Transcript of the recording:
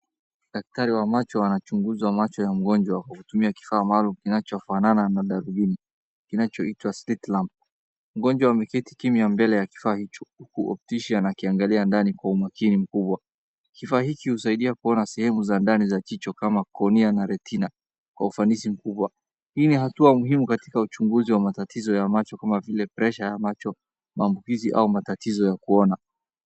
Daktari wamacho anachunguza macho ya mgonjwa kwa kutumia kifaa, kinachofanana na darubini kinachoitwa slit lamp,. Mgonjwa ameketi kimya mbele ya kifaa hilo wakati daktari akiangalia kwa umakini. Kifaa hiki husaidia kuona kwa undani sehemu za ndani za chicho kama cornea na retina, kwa ufanisi mkubwa hii ni hatua muhimu kwa uchunguzi wa matatizo kama presha ya macho, maambukizi, au matatizo ya kuona.